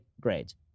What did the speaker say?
grades